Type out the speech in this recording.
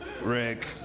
Rick